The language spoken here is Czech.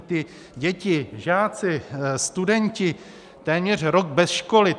Ty děti, žáci, studenti, téměř rok bez školy.